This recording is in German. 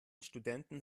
studenten